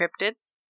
cryptids